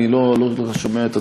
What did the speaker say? אני לא כל כך שומע את עצמי,